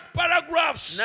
paragraphs